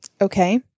Okay